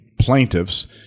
plaintiffs